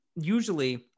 usually